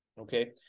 Okay